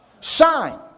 Shine